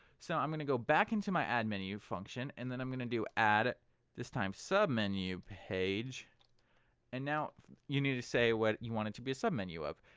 so i'm going to go back into my addmenu function and then i'm going to do add this time submenu page and now you need to say what you want it to be a submenu of.